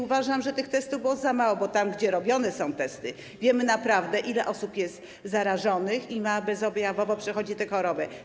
Uważam, że tych testów było za mało, bo tam, gdzie są robione testy, wiemy naprawdę, ile osób jest zarażonych i bezobjawowo przechodzi tę chorobę.